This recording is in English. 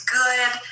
good